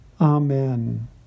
Amen